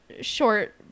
short